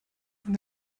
von